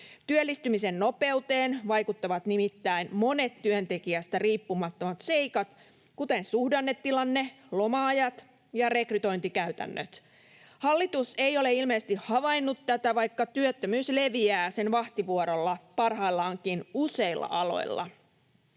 Työllistymisen nopeuteen vaikuttavat nimittäin monet työntekijästä riippumattomat seikat, kuten suhdannetilanne, loma-ajat ja rekrytointikäytännöt. Hallitus ei ole ilmeisesti havainnut tätä, vaikka työttömyys leviää sen vahtivuorolla parhaillaankin useilla aloilla.